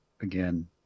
again